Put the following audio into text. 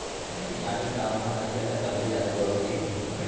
किसानी काम म हँसिया ल सबले जादा बउरथे